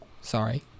Sorry